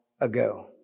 ago